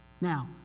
Now